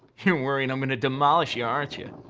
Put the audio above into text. you're worried i'm gonna demolish yeah um you,